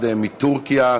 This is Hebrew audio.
אחד מטורקיה,